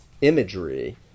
imagery